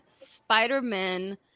Spider-Man